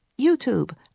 YouTube